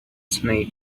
snake